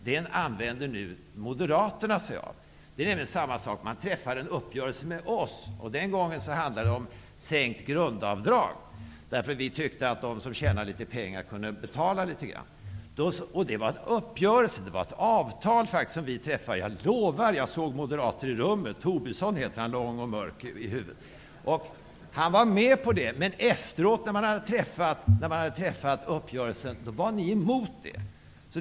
Det är nämligen fråga om samma sak -- man träffar en uppgörelse med oss. Den gången handlade det om sänkt grundavdrag. Vi tyckte att de som tjänade mycket pengar kunde betala litet grand. Det var en uppgörelse. Det var faktiskt ett avtal som vi träffade -- jag lovar! Jag såg moderater i rummet! -- Tobisson heter han, han är lång, och mörk i håret. Han var med på det. Men efteråt, när vi hade träffat uppgörelsen, var ni emot detta.